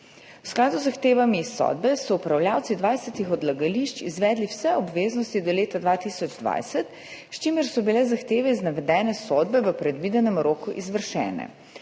V skladu z zahtevami iz sodbe so upravljavci 20 odlagališč izvedli vse obveznosti do leta 2020, s čimer so bile zahteve iz navedene sodbe v predvidenem roku izvršene.